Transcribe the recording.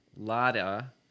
lada